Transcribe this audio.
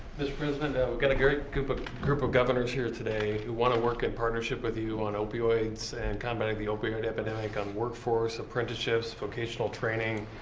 mr. president, we've got a great group of group of governors here today who want to work in partnership with you on opioids and combating the opioid epidemic on workforce, apprenticeships, vocational training.